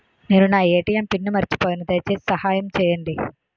నేను నా ATM pin మర్చిపోయాను, దయచేసి సహాయం చేయండి